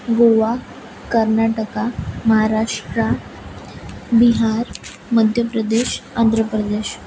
Goa Karnataka Maharashtra Bihar Madhya Pradesh Andhra Pradesh